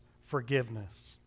forgiveness